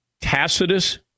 Tacitus